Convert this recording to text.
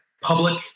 public